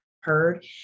heard